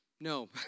No